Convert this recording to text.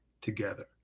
together